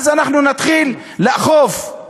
אז אנחנו נתחיל לאכוף.